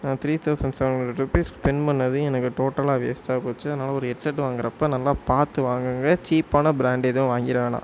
நான் three thousand seven hundred rupees spent பண்ணது எனக்கு டோட்டலாக வேஸ்ட்டாக போச்சு அதனால ஒரு ஹெட்செட் வாங்குகிறப்ப நல்லா பார்த்து வாங்குங்கள் சீப்பான பிராண்ட் எதுவும் வாங்கிட வேணாம்